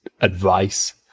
advice